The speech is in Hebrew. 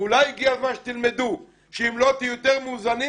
ואולי הגיע הזמן שתלמדו שאם לא תהיו יותר מאוזנים,